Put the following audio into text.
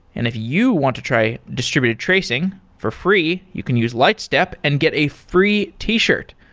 and if you want to try distributed tracing for free, you can use lightstep and get a free t-shirt.